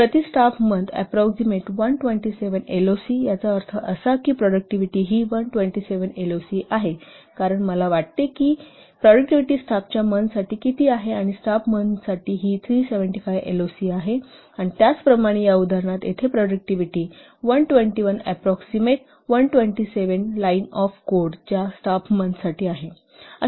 प्रति staff month approx 127 LOC याचा अर्थ असा की प्रॉडक्टिव्हिटी ही 127 एलओसी आहे कारण मला वाटते की प्रॉडक्टिव्हिटी स्टाफच्या मंथसाठी किती आहे किंवा स्टाफ मंथसाठी ही 375 एलओसी आहे आणि त्याचप्रमाणे या उदाहरणात येथे productivity 121 approx 127 line of code च्या स्टाफ मंथसाठी आहे